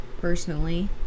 personally